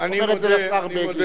אני מודה, חבר הכנסת אלקין,